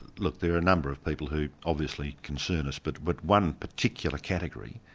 look there are a number of people who obviously concern us. but but one particular category,